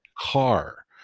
car